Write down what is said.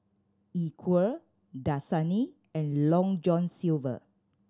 Equal Dasani and Long John Silver